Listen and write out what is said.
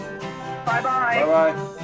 Bye-bye